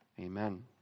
Amen